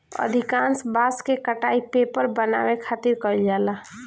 अधिकांश बांस के कटाई पेपर बनावे खातिर कईल जाला